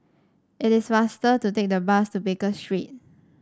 it is faster to take the bus to Baker Street